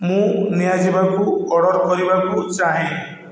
ମୁଁ ନିଆଯିବାକୁ ଅର୍ଡ଼ର କରିବାକୁ ଚାହେଁ